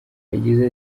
yagize